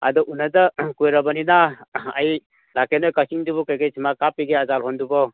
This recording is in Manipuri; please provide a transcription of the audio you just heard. ꯑꯗꯣ ꯎꯟꯅꯗ ꯀꯨꯏꯔꯕꯅꯤꯅ ꯑꯩ ꯂꯥꯛꯀꯦ ꯅꯣꯏ ꯀꯛꯆꯤꯡꯗꯨꯕꯨ ꯀꯩꯀꯩ ꯁꯤꯟꯃꯥ ꯀꯥꯞꯄꯤꯒꯦ ꯑꯖꯥꯠ ꯍꯣꯜꯗꯨꯕꯣ